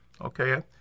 okay